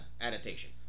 adaptation